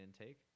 intake